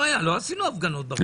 לא עשינו הפגנות ברחוב.